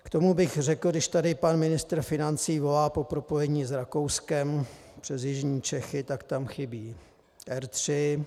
K tomu bych řekl, když tady pan ministr financí volá po propojení s Rakouskem přes jižní Čechy, tak tam chybí R3.